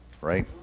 right